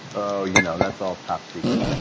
ah you know that's all top secret.